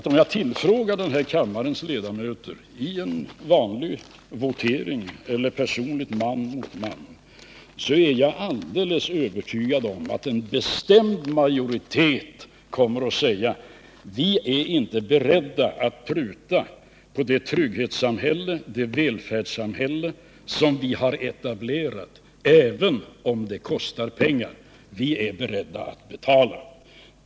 Om jag tillfrågar den här kammarens ledamöter i en vanlig votering — eller personligt man mot man -— så är jag alldeles övertygad om att en bestämd majoritet kommer att säga: Vi är inte beredda att pruta på det trygghetssamhälle, det välfärdssamhälle som vi har etablerat, även om det kostar pengar. Vi är beredda att betala.